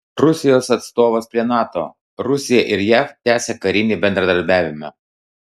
rusijos atstovas prie nato rusija ir jav tęsia karinį bendradarbiavimą